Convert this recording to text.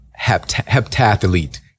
heptathlete